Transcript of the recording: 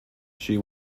she